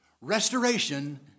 restoration